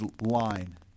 line